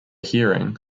hearing